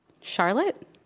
Charlotte